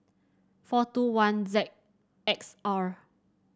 four two one Z X R